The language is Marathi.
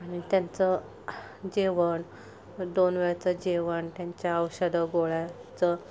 आणि त्यांचं जेवण दोन वेळचं जेवण त्यांच्या औषधं गोळ्याचं